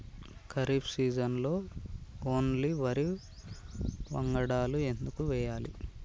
ఖరీఫ్ సీజన్లో ఓన్లీ వరి వంగడాలు ఎందుకు వేయాలి?